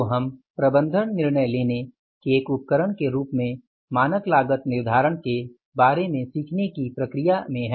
तो हम प्रबंधन निर्णय लेने के एक उपकरण के रूप में मानक लागत निर्धारण के बारे में सीखने की प्रक्रिया में हैं